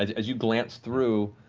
as you glance through,